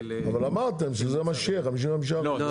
אבל אמרת שזה מה שיהיה 55%. לא,